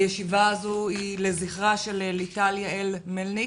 הישיבה הזו היא לזכרה של ליטל יעל מלניק.